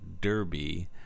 Derby